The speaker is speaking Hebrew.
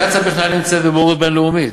קצא"א בכלל נמצאת בבוררות בין-לאומית.